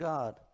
God